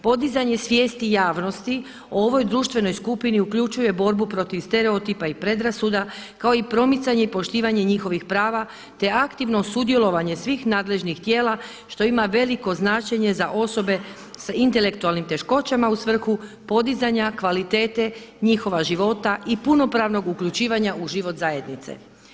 Podizanje svijesti javnosti o ovoj društvenoj skupini uključuje borbu protiv stereotipa i predrasuda kao i promicanje i poštivanje njihovih prava, te aktivno sudjelovanje svih nadležnih tijela što ima veliko značenje za osobe sa intelektualnim teškoćama u svrhu podizanja kvalitete njihova života i punopravnog uključivanja u život zajednice.